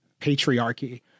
patriarchy